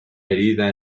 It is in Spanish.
herida